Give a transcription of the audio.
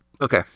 okay